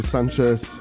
Sanchez